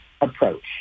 approach